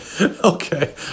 Okay